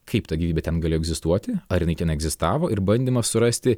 kaip ta gyvybė ten galėjo egzistuoti ar jinai ten egzistavo ir bandymas surasti